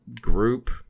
group